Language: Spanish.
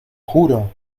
juro